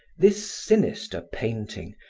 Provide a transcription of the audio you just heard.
this sinister painting,